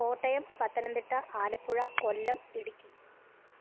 Kottayam Pathanamthitta Alappuzha Kollam Idukki